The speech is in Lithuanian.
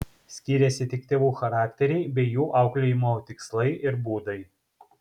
skyrėsi tik tėvų charakteriai bei jų auklėjimo tikslai ir būdai